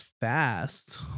fast